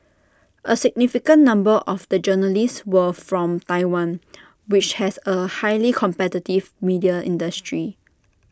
A significant number of the journalists were from Taiwan which has A highly competitive media industry